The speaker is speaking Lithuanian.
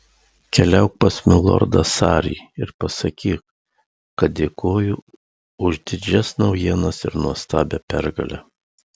keliauk pas milordą sarį ir pasakyk kad dėkoju už didžias naujienas ir nuostabią pergalę